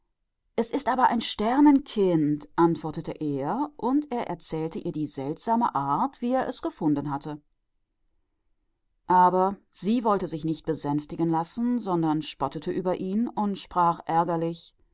es ist ein sternenkind antwortete er und er erzählte ihr wie er es gefunden hatte aber sie ließ sich nicht besänftigen sondern höhnte ihn und sprach